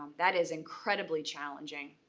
that is incredibly challenging.